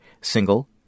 single